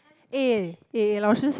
eh eh 老师 say